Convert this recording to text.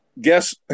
Guess